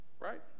right